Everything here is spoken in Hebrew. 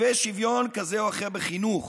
ושוויון כזה או אחר בחינוך.